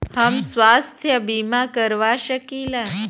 हम स्वास्थ्य बीमा करवा सकी ला?